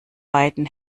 beiden